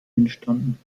entstanden